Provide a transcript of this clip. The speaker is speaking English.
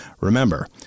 remember